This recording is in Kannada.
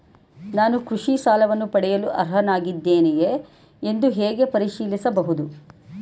ನಾನು ಕೃಷಿ ಸಾಲವನ್ನು ಪಡೆಯಲು ಅರ್ಹನಾಗಿದ್ದೇನೆಯೇ ಎಂದು ಹೇಗೆ ಪರಿಶೀಲಿಸಬಹುದು?